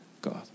God